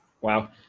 Wow